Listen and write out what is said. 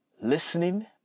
listening